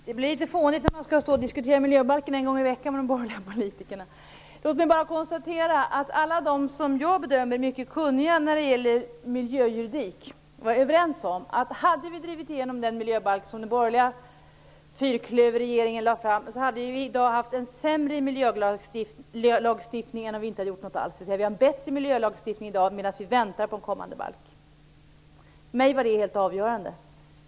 Herr talman! Det blir litet fånigt när man skall stå och diskutera miljöbalken en gång i veckan med de borgerliga politikerna. Låt mig bara konstatera att alla som jag bedömer som kunniga när det gäller miljöjuridik var överens om att vi, om vi hade drivit igenom den miljöbalk som den borgerliga fyrklöverregeringen lade fram, i dag hade haft en sämre miljölagstiftning än om vi inte hade gjort något alls. Vi har alltså en bättre miljölagstiftning i dag, medan vi väntar på en kommande balk. För mig var det helt avgörande.